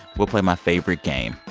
we'll play my favorite game.